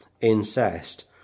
incest